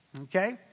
Okay